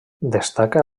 destaca